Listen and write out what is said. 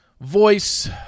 Voice